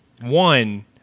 one